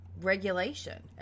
regulation